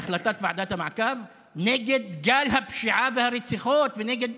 בהחלטת ועדת המעקב, נגד גל הפשיעה והרציחות ונגד